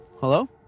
Hello